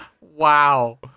Wow